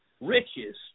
riches